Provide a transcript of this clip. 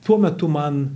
tuo metu man